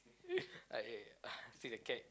I ah see the cat